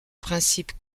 principe